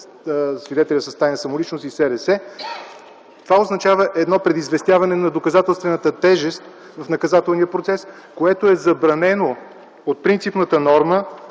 свидетеля с тайна самоличност и СРС. Това означава едно предизвестяване на доказателствената тежест в наказателния процес, което е забранено от принципната норма